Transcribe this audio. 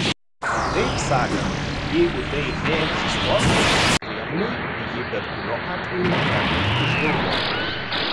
kitaip sakant jeigu tai neegzistuotų kremliui jį bet kurio atveju tektų išgalvoti